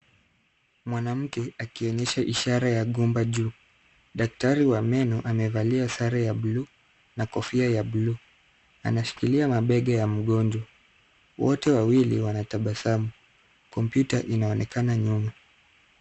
Mwanamke akionyesha ishara ya gumba juu. Daktari wa meno amevalia sare ya buluu na kofia ya buluu. Anashikilia mabega ya mgonjwa. Wote wawili wanatabasamu. Kompyuta inaonekana nyuma.